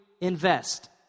invest